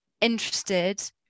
interested